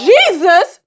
Jesus